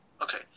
okay